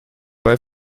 bei